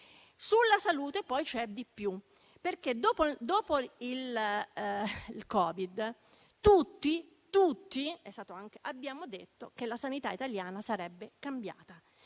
Sulla salute poi c'è di più, perché dopo il Covid tutti abbiamo detto che la sanità italiana sarebbe cambiata